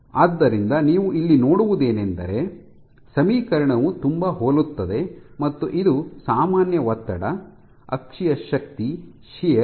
ಆದ್ದರಿಂದ ನೀವು ಇಲ್ಲಿ ನೋಡುವುದೇನೆಂದರೆ ಸಮೀಕರಣವು ತುಂಬಾ ಹೋಲುತ್ತದೆ ಮತ್ತು ಇದು ಸಾಮಾನ್ಯ ಒತ್ತಡ ಅಕ್ಷೀಯ ಶಕ್ತಿ ಶಿಯರ್ ಮತ್ತು ಇದು ಒತ್ತಡದ ಶಿಯರ್